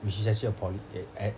which is actually a polye~ eh it's